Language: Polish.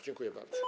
Dziękuję bardzo.